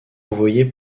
envoyé